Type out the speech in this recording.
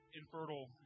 infertile